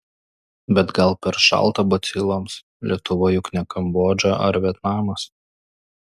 bet gal per šalta baciloms lietuva juk ne kambodža ar vietnamas